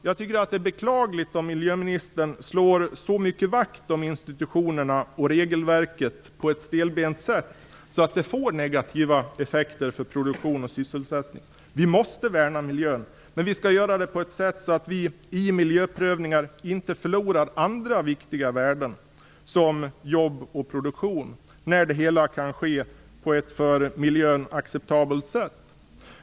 Jag tycker att det är beklagligt om miljöministern slår vakt om institutionerna och regelverket på ett stelbent sätt så mycket att det får negativa effekter för produktion och sysselsättning. Vi måste värna miljön, men vi skall göra det på ett sätt som gör att vi inte i samband med miljöprövningar förlorar andra viktiga värden som jobb och produktion när verksamheten kan drivas på ett för miljön acceptabelt sätt.